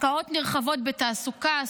השקעות נרחבות בתעסוקה,